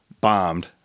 bombed